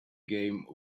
game